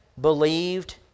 believed